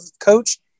coach